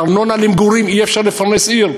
מארנונה למגורים אי-אפשר לפרנס עיר.